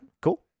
Cool